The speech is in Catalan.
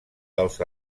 dels